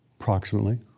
approximately